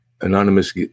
anonymous